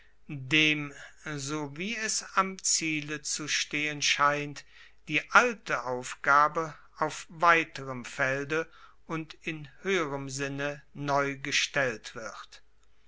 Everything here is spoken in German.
dem so wie es am ziele zu stehen scheint die alte aufgabe auf weiterem felde und in hoeherem sinne neu gestellt wird